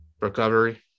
recovery